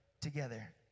together